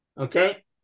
Okay